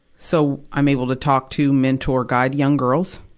so, i'm able to talk to, mentor, guide young girls.